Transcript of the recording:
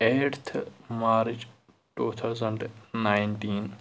eighth March two thousand nineteen